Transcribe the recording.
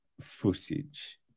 footage